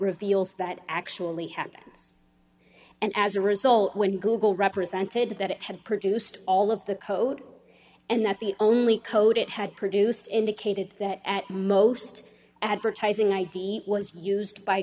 reveals that actually happens and as a result when google represented that it had produced all of the code and that the only code it had produced indicated that at most advertising id was used by